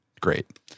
great